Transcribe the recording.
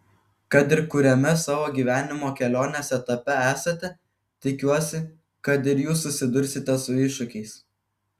kad ir kuriame savo gyvenimo kelionės etape esate tikiuosi kad ir jūs susidursite su iššūkiais